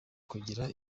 kugira